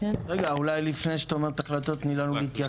אולי לפני שתגידי החלטות, תני לנו להתייחס.